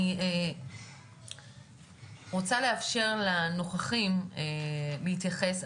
אני רוצה לאפשר לנוכחים להתייחס,